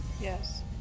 Yes